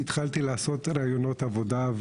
התחלתי לעשות ראיונות עבודה.